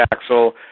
axle